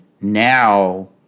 now